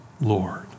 Lord